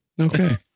Okay